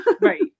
Right